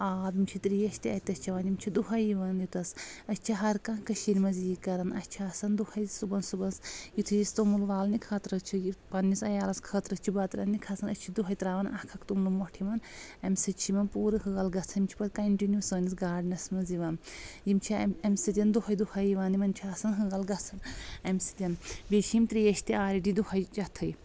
آب یِم چھِ ترٛیش تہِ اَتٮ۪س چؠوان یِم چھِ دۄہَے یِوان یوٚتَس أسۍ چھِ ہر کانٛہہ کٔشیٖر منٛز یی کران اَسہِ چھِ آسان دۄہے صُبحَس صُبحَس یُتھُے أسۍ توٚمُل والنہِ خٲطرٕ چھِ یہِ پَننِس عَیالَس خٲطرٕ چھِ بتہٕ رَننہِ کھَسَان أسۍ چھِ دۄہے ترٛاوَان اکھ اکھ توٚملہٕ مۄٹھ یِمَن امہِ سۭتۍ چھِ یِمَن پوٗرٕ حٲل گژھَان یِم چھِ پَتہٕ کنٹِنیو سٲنِس گاڈنَس منٛز یِوَان یِم چھِ امہِ سۭتۍ دۄہے دۄہے یِوَان یِمَن چھِ آسَن حٲلۍ گژھَان امہِ سۭتۍ بیٚیہِ چھِ یِم ترٛیش تہِ آلریڈی دۄہے چَتھٕے